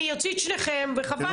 אני אוציא את שניכם וחבל.